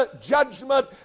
judgment